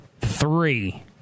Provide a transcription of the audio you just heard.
three